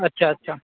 अच्छा अच्छा